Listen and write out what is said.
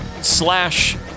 slash